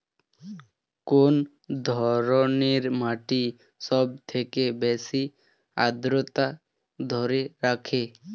কোন ধরনের মাটি সবথেকে বেশি আদ্রতা ধরে রাখে?